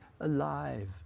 alive